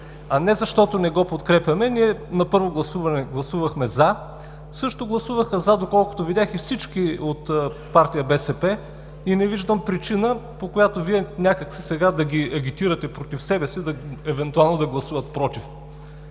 а не защото не го подкрепяме. Ние на първо гласуване гласувахме „за“. Също гласуваха „за“, доколкото видях и всички от партия БСП, и не виждам причина, по която Вие някак си сега да ги агитирате против себе си евентуално да гласуват „против“.